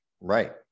right